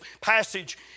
passage